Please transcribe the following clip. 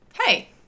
hey